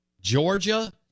Georgia